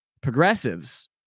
progressives